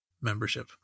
membership